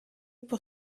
pour